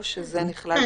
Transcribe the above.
או שזה נכלל במענה הפרטני?